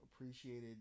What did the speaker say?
appreciated